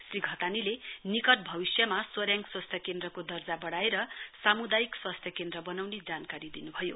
श्री घतानीले निकट भविष्यमा सोरेङ स्वास्थ्य केन्द्रको दर्जा वढाएर सामुदायिक स्वास्थ्य केन्द्र वनाउने जानकारी दिनुभयो